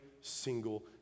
single